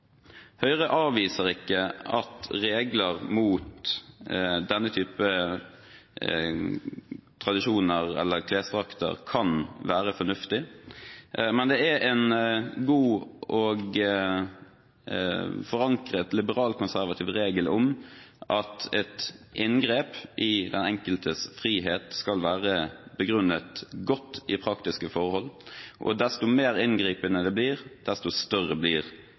Høyre avviser ikke at regler mot denne type tradisjoner eller klesdrakter kan være fornuftig, men det er en god og forankret liberalkonservativ regel om at et inngrep i den enkeltes frihet skal være begrunnet godt i praktiske forhold, og desto mer inngripen det blir, desto større blir